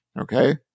okay